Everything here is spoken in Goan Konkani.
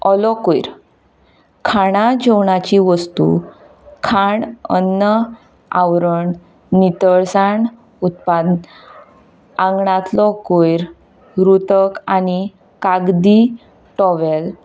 ओलो कयर खाणा जेवणाची वस्तू खाण अन्न आवरण नितळसाण आंगणांतलो कयर रुथक आनी कागदी टॉवेल